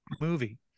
movie